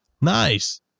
Nice